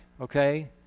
okay